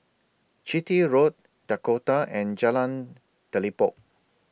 Chitty Road Dakota and Jalan Telipok